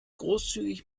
großzügig